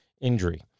injury